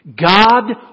God